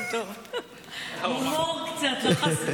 הומור קצת.